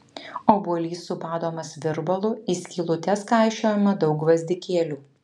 obuolys subadomas virbalu į skylutes kaišiojama daug gvazdikėlių